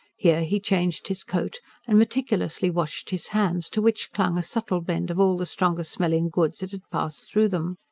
here he changed his coat and meticulously washed his hands, to which clung a subtle blend of all the strong-smelling goods that had passed through them.